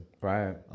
right